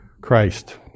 Christ